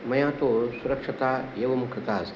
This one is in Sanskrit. मया तु सुरक्षता एवं कृता अस्ति